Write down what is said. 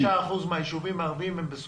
95% מן הישובים הערביים נמצאים במעמד